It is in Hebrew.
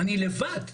אני לבד.